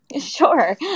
sure